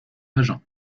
agen